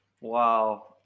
Wow